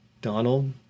Donald